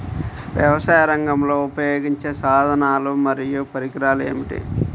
వ్యవసాయరంగంలో ఉపయోగించే సాధనాలు మరియు పరికరాలు ఏమిటీ?